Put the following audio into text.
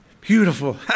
Beautiful